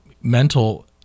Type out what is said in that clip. mental